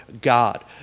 God